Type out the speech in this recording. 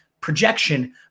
projection